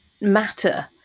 matter